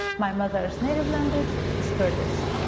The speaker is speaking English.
my mother's native language is kurdish,